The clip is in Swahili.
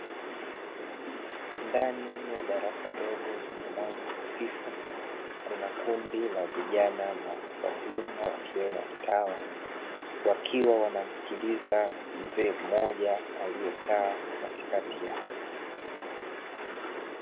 Ndani ya darasa dogo lenye mwanga hafifu, kuna kundi la vijana na watu wazima wakiwemo watawa, wakiwa wanamsikiliza Mzee mmoja aliyekaa katikati yao.